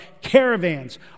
caravans